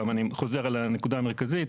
אני חוזר לנקודה המרכזית,